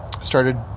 started